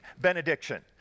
benediction